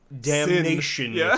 damnation